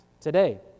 today